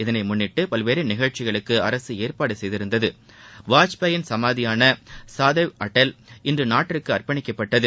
இதனை முன்னிட்டு பல்வேறு நிகழ்ச்சிகளுக்கு அரசு ஏற்பாடு செய்திருந்தது வாஜ்பேயின் சமாதியான சாதெய்வ் அடல் இன்று நாட்டிற்கு அர்ப்பணிக்கப்பட்டது